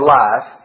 life